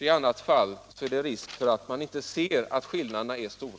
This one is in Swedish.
I annat fall är det risk för att man inte ser hur stora skillnaderna är.